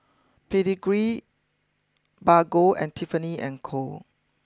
Pedigree Bargo and Tiffany and Co